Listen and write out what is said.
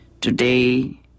Today